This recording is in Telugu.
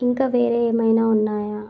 ఇంకా వేరే ఏమైనా ఉన్నాయా